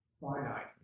finite